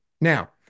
Now